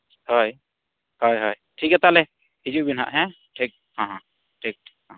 ᱦᱳᱭ ᱦᱳᱭ ᱦᱳᱭ ᱴᱷᱤᱠ ᱜᱮᱭᱟ ᱛᱟᱦᱚᱞᱮ ᱦᱤᱡᱩᱜ ᱵᱤᱱ ᱦᱟᱸᱜ ᱦᱮᱸ ᱴᱷᱤᱠ ᱦᱚᱸ ᱦᱚᱸ ᱴᱷᱤᱠ ᱦᱮᱸ